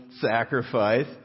sacrifice